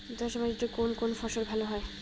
দোঁয়াশ মাটিতে কোন কোন ফসল ভালো হয়?